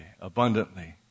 abundantly